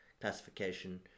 classification